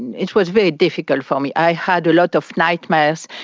it was very difficult for me. i had a lot of nightmares.